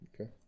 Okay